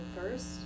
first